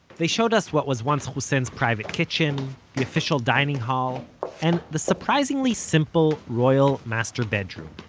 they showed us what was once hussein's private kitchen, the official dining hall and the surprisingly simple royal master bedroom